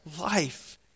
life